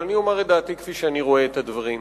אבל אני אומר את דעתי כפי שאני רואה את הדברים,